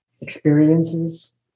experiences